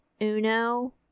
Uno